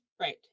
Right